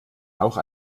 auch